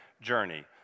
journey